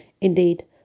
Indeed